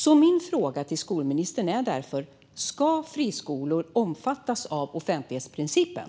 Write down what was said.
Ska friskolor, skolministern, omfattas av offentlighetsprincipen?